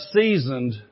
seasoned